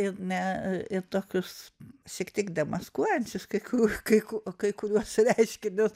ne į tokius šiek tiek demaskuojančius kai ku kai ku kai kuriuos reiškinius